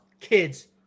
kids